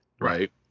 right